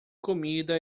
comida